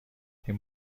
این